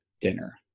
dinner